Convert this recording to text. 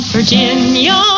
Virginia